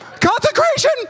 Consecration